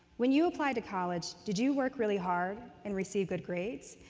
when you applied to college, did you work really hard and receive good grades?